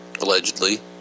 Allegedly